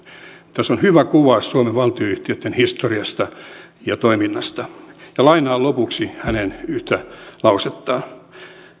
tässä on hyvä kuvaus suomen valtionyhtiöitten historiasta ja toiminnasta ja lainaan lopuksi yhtä hänen lausettaan